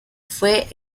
fue